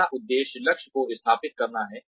पहला उद्देश्य लक्ष्य को स्थापित करना है